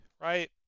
right